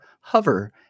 hover